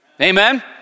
Amen